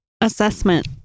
assessment